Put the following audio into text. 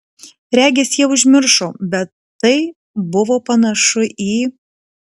regis jie užmiršo bet tai buvo panašu į